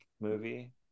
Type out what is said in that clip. movie